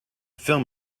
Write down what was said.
film